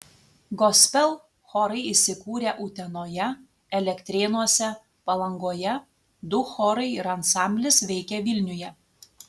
gospel chorai įsikūrę utenoje elektrėnuose palangoje du chorai ir ansamblis veikia vilniuje